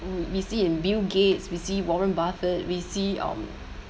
we see in bill gates we see warren buffett we see um